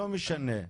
לא משנה,